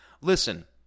Listen